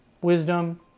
wisdom